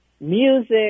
music